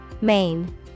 Main